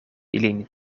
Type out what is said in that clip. ilin